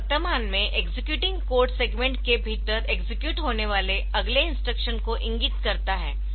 यह वर्तमान में एक्सेक्यूटिंग कोड सेगमेंट के भीतर एक्सेक्यूट होने वाले अगले इंस्ट्रक्शन को इंगित करता है